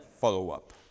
follow-up